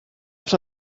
oft